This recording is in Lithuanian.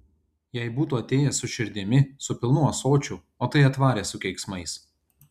jei būtų atėjęs su širdimi su pilnu ąsočiu o tai atvarė su keiksmais